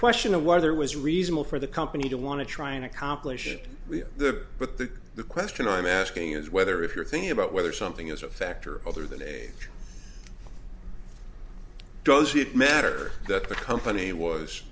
question of why there was reasonable for the company to want to try and accomplish it but the the question i'm asking is whether if you're thinking about whether something is a factor other than age does it matter that the company was